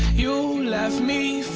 you left me